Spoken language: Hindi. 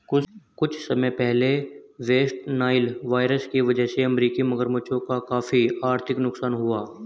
कुछ समय पहले वेस्ट नाइल वायरस की वजह से अमेरिकी मगरमच्छों का काफी आर्थिक नुकसान हुआ